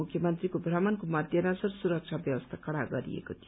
मुख्यमन्त्रीको भ्रमणको मध्यनजर सुरक्षा व्यवस्था कड़ा गरिएको थियो